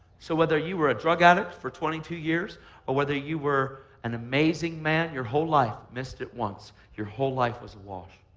so whether you were a drug addict for twenty two years or whether you were and amazing man your whole life. missed it once. your whole life was a wash.